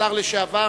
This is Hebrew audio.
השר לשעבר.